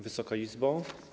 Wysoka Izbo!